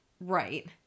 Right